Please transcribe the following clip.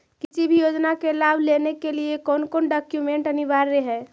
किसी भी योजना का लाभ लेने के लिए कोन कोन डॉक्यूमेंट अनिवार्य है?